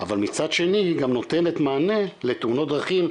אבל מצד שני, היא גם נותנת מענה לתאונות דרכים,